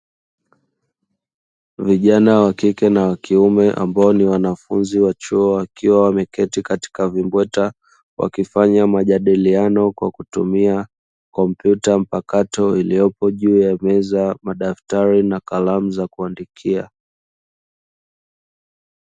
Vijana wa kike na wa kiume, ambao ni wanafunzi wa chuo wakiwa wameketi katika vimbweta, wakifanya majadiliano kwa kutumia kompyuta mpakato iliyopo juu ya meza, madaftari na kalamu za kuandikia.